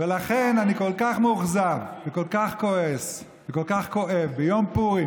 ולכן אני כל כך מאוכזב וכל כך כועס וכל כך כואב ביום פורים,